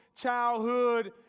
childhood